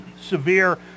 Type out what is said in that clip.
severe